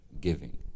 giving